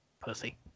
pussy